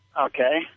Okay